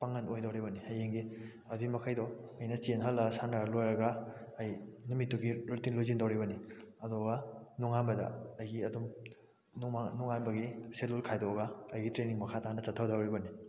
ꯄꯥꯡꯒꯟ ꯑꯣꯏꯗꯧꯔꯤꯕꯅꯤ ꯍꯌꯦꯡꯗꯤ ꯑꯗꯨꯒꯤ ꯃꯈꯩꯗꯣ ꯑꯩꯅ ꯆꯦꯟꯍꯜꯂ ꯁꯥꯟꯅꯔ ꯂꯣꯏꯔꯒ ꯑꯩ ꯅꯨꯃꯤꯠꯇꯨꯒꯤ ꯔꯨꯇꯤꯟ ꯂꯣꯏꯁꯤꯟꯗꯧꯔꯤꯕꯅꯤ ꯑꯗꯨꯒ ꯅꯣꯡꯉꯥꯟꯕꯗ ꯑꯩꯒꯤ ꯑꯗꯨꯝ ꯅꯣꯡꯉꯥꯟꯕꯒꯤ ꯁꯦꯗꯨꯜ ꯈꯥꯏꯗꯣꯛꯑꯒ ꯑꯩꯒꯤ ꯇ꯭ꯔꯦꯅꯤꯡ ꯃꯈꯥ ꯇꯥꯅ ꯆꯠꯊꯗꯧꯔꯤꯕꯅꯤ